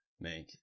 make